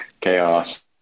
chaos